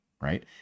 right